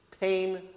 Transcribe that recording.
pain